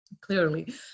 Clearly